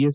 S